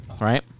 right